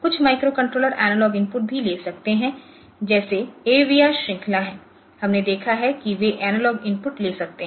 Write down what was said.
कुछ microcontroller analog input भी ले सकते के जैसे एवीआर श्रृंखला हैं हमने देखा है कि वे एनालॉग इनपुट ले सकते हैं